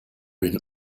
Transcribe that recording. une